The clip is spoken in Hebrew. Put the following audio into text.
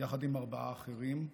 יחד עם ארבעה אחרים,